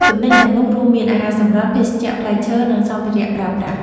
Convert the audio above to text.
ទំនិញទាំងនោះរួមមាន អាហារសម្រន់ ភេសជ្ជៈ ផ្លែឈើ និងសម្ភារៈប្រើប្រាស់។